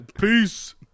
Peace